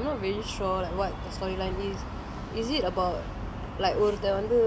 இந்த படத்த நானும் பார்த்திருக்கனு நெனைக்குரன்:intha padatha naanum paarthirukkanu nenaikkuran but I'm not really sure like what the storyline is is it about like ஒருத்தன் வந்து